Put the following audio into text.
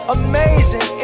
amazing